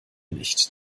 nicht